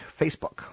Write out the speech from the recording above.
Facebook